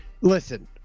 listen